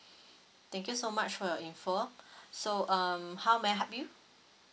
thank you so much for your info so um how may I help you